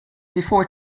before